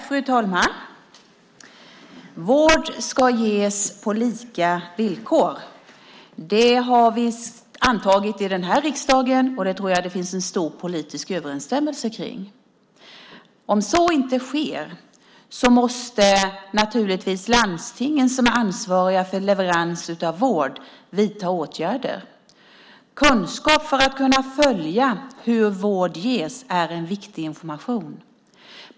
Fru talman! Vård ska ges på lika villkor. Det har vi antagit i riksdagen, och det finns en stor politisk överensstämmelse om detta. Om så inte sker måste naturligtvis landstingen, som är ansvariga för leverans av vård, vidta åtgärder. Kunskap för att följa hur vård ges är en viktig information.